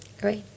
Great